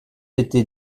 été